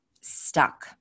stuck